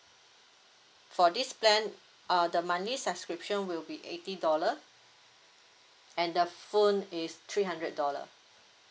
for this plan err the monthly subscription would be eighty dollars and the phone is three hundred dollar